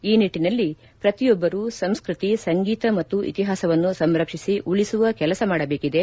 ಈ ನಿಟ್ಟಿನಲ್ಲಿ ಪ್ರತಿಯೊಬ್ಬರು ಸಂಸ್ಕೃತಿ ಸಂಗೀತ ಮತ್ತು ಇತಿಹಾಸವನ್ನು ಸಂರಕ್ಷಿಸಿ ಉಳಿಸುವ ಕೆಲಸ ಮಾಡಬೇಕಿದೆ